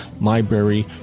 library